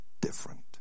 different